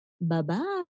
Bye-bye